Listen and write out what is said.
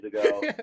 ago